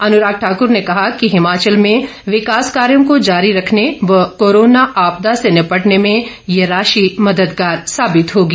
अनुराग ठाकुर ने कहा कि हिमाचल में विकास कार्यो को जारी रखने व कोरोना आपदा से निपटने में ये राशि मददगार साबित होगी